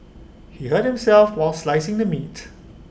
he hurt himself while slicing the meat